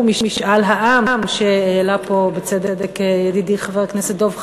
משאל העם שהעלה פה בצדק ידידי חבר הכנסת דב חנין.